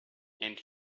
and